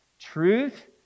Truth